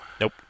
Nope